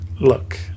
look